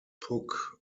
puck